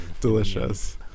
Delicious